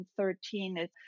2013